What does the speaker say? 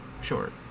short